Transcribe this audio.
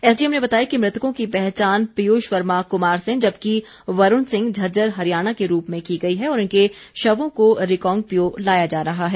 SDM ने बताया कि मृतकों की पहचान पिय्ष वर्मा कुमारसेन जबकि वरूण सिंह झज्जर हरियाणा के रूप में की गई है और इनके शवों को रिकांगपिओ लाया जा रहा है